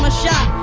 um shot.